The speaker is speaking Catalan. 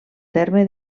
terme